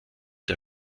der